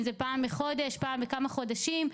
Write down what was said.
אם זה פעם בחודש או בכמה חודשים,